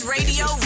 Radio